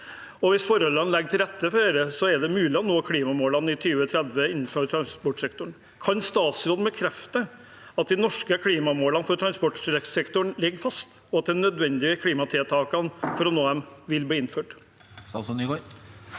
Hvis forholdene ligger til rette for dette, er det mulig å nå klimamålene i 2030 innenfor transportsektoren. Kan statsråden bekrefte at de norske klimamålene for transportsektoren ligger fast, og at de nødvendige klimatiltakene for å nå dem vil bli innført?